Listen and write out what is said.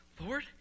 lord